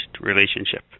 relationship